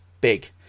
big